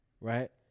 Right